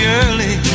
early